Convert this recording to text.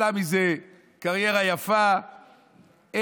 עשתה מזה קריירה יפה,